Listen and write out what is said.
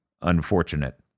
unfortunate